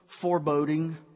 foreboding